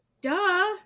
Duh